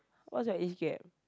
what's your age gap